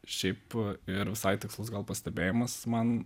šiaip ir visai tikslus gal pastebėjimas man